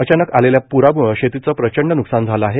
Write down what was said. अचानक आलेल्या प्रामुळे शेतीचे प्रचंड न्कसान झाले आहे